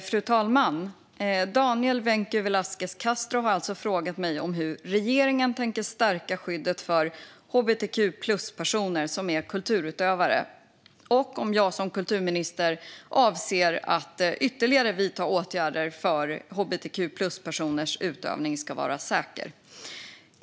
Fru talman! Daniel Vencu Velasquez Castro har frågat mig hur regeringen tänker stärka skyddet för hbtq-plus-personer som är kulturutövare och om jag som kulturminister avser att ytterligare vidta åtgärder för att hbtq-plus-personers utövning ska vara säker.